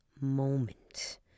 moment